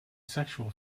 sexual